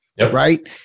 Right